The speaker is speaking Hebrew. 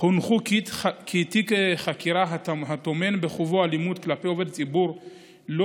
הונחו כי תיק חקירה הטומן בחובו אלימות כלפי עובד ציבור לא